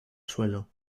suelo